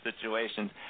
situations